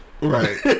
Right